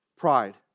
Pride